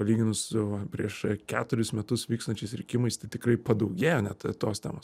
palyginus su va prieš keturis metus vykstančiais rinkimais tai tikrai padaugėjo net tos temos